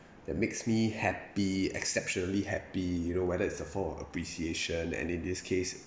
that makes me happy exceptionally happy you know whether it's a form of appreciation and in this case